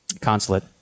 consulate